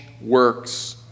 works